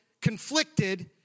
conflicted